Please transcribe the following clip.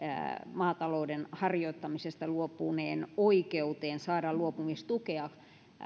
maatalouden harjoittamisesta luopuneen oikeuteen saada luopumistukea